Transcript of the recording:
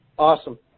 Awesome